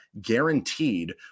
guaranteed